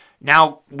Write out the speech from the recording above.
now